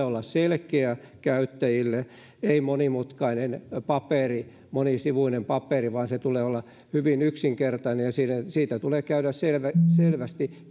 olla selkeä käyttäjille ei monimutkainen monisivuinen paperi vaan sen tulee olla hyvin yksinkertainen ja siitä tulee käydä selvästi